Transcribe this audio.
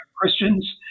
Christians